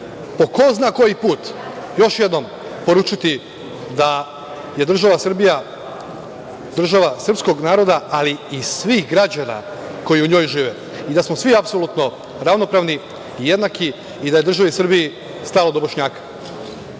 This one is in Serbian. po ko zna koji put još jednom poručiti da je država Srbija država srpskog naroda, ali i svih građana koji u njoj žive i da smo svi apsolutno ravnopravni, jednaki i da je državi Srbiji stalo do Bošnjaka. Kada